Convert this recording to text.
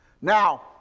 Now